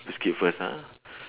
you skip first ah